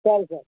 సరే సార్